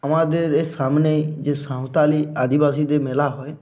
আমাদের এ সামনেই যে সাঁওতালি আদিবাসীদের মেলা হয়